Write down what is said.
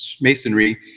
Masonry